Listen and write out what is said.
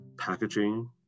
Packaging